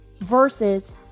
versus